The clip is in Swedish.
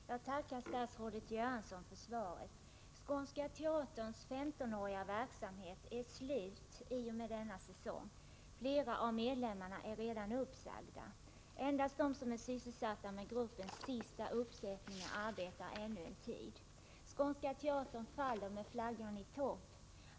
Herr talman! Jag tackar statsrådet Göransson för svaret. Skånska Teaterns 15-åriga verksamhet är slut i och med denna säsong. Flera av medlemmarna är redan uppsagda. Endast de som är sysselsatta med gruppens sista uppsättningar arbetar ännu en tid. Skånska Teatern faller med flaggan i topp.